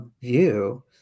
view